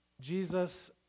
Jesus